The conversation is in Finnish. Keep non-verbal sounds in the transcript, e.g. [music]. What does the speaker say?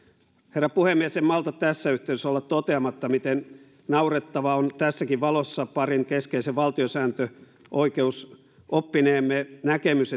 herra puhemies en malta tässä yhteydessä olla toteamatta miten naurettava on tässäkin valossa parin keskeisen valtiosääntöoikeusoppineemme näkemys [unintelligible]